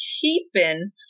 keeping